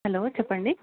hello చెప్పండి